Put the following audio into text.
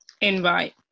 Invite